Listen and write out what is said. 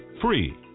free